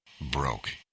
broke